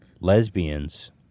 lesbians